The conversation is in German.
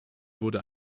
wurde